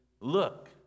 look